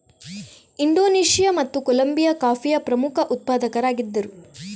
Indonesia ಮತ್ತು Colombia ಕಾಫಿಯ ಪ್ರಮುಖ ಉತ್ಪಾದಕರಾಗಿದ್ದರು